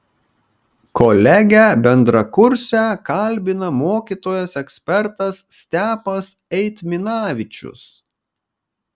kolegę bendrakursę kalbina mokytojas ekspertas stepas eitminavičius